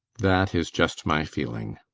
that is just my feeling.